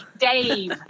Dave